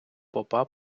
попа